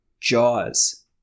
jaws